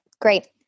Great